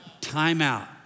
Timeout